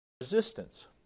resistance